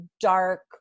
dark